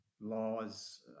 laws